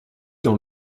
dans